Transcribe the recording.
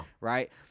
Right